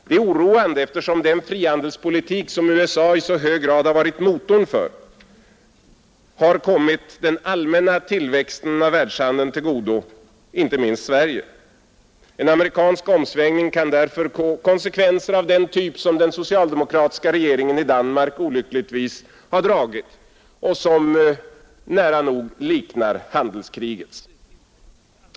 Det är oroande eftersom den frihandelspolitik som USA i så hög grad varit motor för har kommit den allmänna tillväxten i världshandeln till godo, inte minst Sveriges handel. En amerikansk omsvängning kan därför få konsekvenser av den typ som den socialdemokratiska regeringen i Danmark olyckligtvis har dragit, en väg som nära nog liknar handelskrigets.